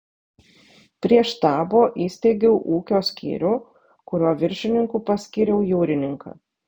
prie štabo įsteigiau ūkio skyrių kurio viršininku paskyriau jūrininką